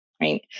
right